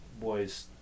boys